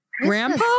grandpa